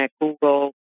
Google